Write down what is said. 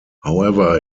however